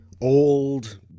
old